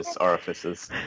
orifices